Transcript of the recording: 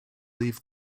leave